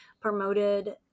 promoted